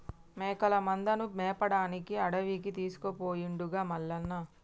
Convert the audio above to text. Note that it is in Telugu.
మేకల మందను మేపడానికి అడవికి తీసుకుపోయిండుగా మల్లన్న